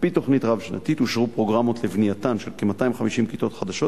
על-פי תוכנית רב-שנתית אושרו פרוגרמות לבנייתן של כ-250 כיתות חדשות,